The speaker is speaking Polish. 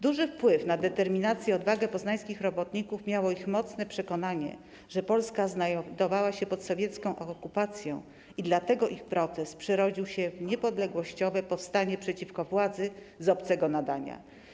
Duży wpływ na determinację i odwagę poznańskich robotników miało ich mocne przekonanie, że Polska znajdowała się pod sowiecką okupacją i dlatego ich protest przerodził się w niepodległościowe powstanie przeciwko władzy z obcego nadania.